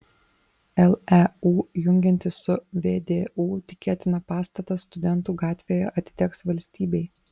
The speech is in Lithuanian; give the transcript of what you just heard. leu jungiantis su vdu tikėtina pastatas studentų gatvėje atiteks valstybei